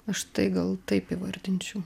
aš tai gal taip įvardinčiau